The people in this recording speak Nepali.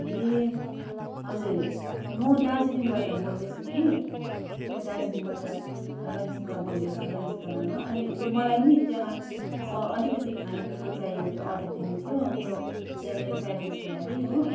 ए हजुर म दार्जिलिङबाट बोल्दैछु कि म दार्जिलिङबाट रञ्जिता बोल्दैछु रञ्जिता लामा अनि यो मलाई नि त्यहाँ स अलिकति खानेकुरो चाहिएको थियो अर्डर दिनु थियो मेरो त्यहाँ मेरो प्यारेन्ट्सको लागि हो